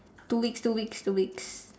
two weeks two weeks two weeks